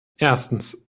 erstens